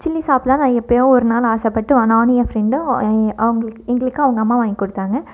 chilli சாப்பிட்லானு நான் எப்பேயோ ஒரு நாள் ஆசைப்பட்டு வா நானும் என் ஃப்ரெண்டும் அவங்களுக்கு எங்களுக்கு அவங்க அம்மா வாங்கி கொடுத்தாங்க